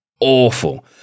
awful